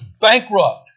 bankrupt